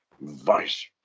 vice